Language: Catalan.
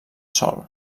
sol